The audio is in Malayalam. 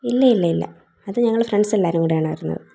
ഇല്ല ഇല്ല ഇല്ല അത് ഞങ്ങൾ ഫ്രണ്ട്സ് എല്ലാവരും കൂടെ ആണ് വരുന്നത്